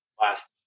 last